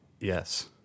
Yes